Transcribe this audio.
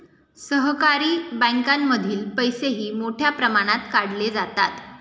सहकारी बँकांमधील पैसेही मोठ्या प्रमाणात काढले जातात